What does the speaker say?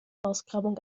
ausgrabung